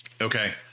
okay